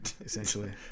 essentially